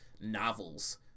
novels